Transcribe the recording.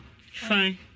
fine